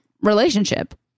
relationship